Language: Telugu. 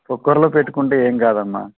కుక్కర్లో పెట్టుకుంటే ఏం కాదమ్మ